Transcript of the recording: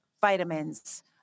vitamins